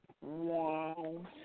Wow